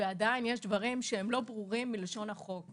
ועדיין יש דברים שהם לא ברורים בלשון החוק,